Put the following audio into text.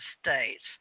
States